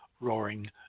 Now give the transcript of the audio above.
roaring